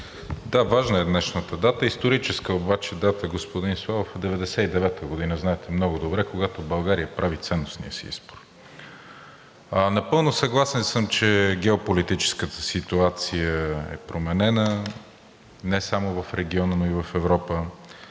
Да, важна е днешната дата. Историческа дата, господин Славов, е 1999 г., знаете много добре, когато България прави ценностния си избор. Напълно съгласен съм, че геополитическата ситуация е променена не само в региона, но и в Европа.